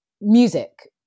Music